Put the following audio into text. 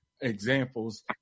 examples